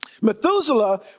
Methuselah